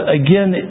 again